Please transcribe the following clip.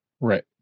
Right